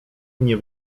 nie